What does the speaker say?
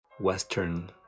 western